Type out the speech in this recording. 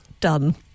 done